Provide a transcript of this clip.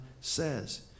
says